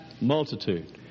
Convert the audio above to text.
multitude